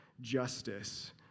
justice